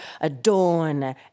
Adorn